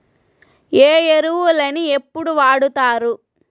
ఏ ఎరువులని ఎప్పుడు వాడుతారు?